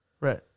Right